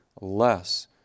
less